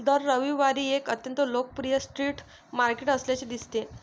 दर रविवारी एक अत्यंत लोकप्रिय स्ट्रीट मार्केट असल्याचे दिसते